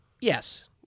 Yes